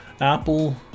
Apple